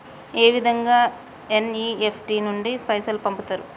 ఏ విధంగా ఎన్.ఇ.ఎఫ్.టి నుండి పైసలు పంపుతరు?